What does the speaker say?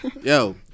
Yo